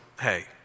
hey